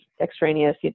extraneous